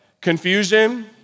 Confusion